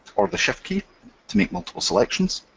or the shift key to make multiple selections,